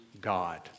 God